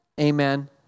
Amen